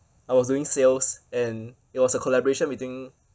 I was doing sales and it was a collaboration between